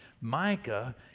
Micah